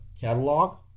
catalog